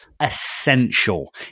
essential